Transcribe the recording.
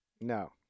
No